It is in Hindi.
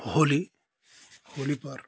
होली होली पर